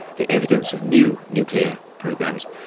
the evidence of new nuclear programs,